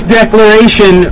declaration